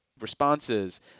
responses